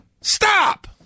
Stop